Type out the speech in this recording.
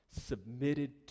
submitted